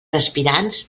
aspirants